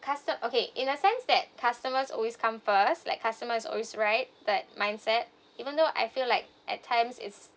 custom~ okay in a sense that customers always come first like customer is always right that mindset even though I feel like at times is